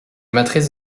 matrices